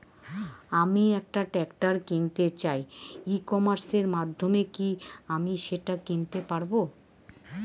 আমি একটা ট্রাক্টর কিনতে চাই ই কমার্সের মাধ্যমে কি আমি সেটা কিনতে পারব?